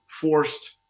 forced